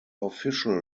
official